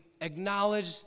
acknowledge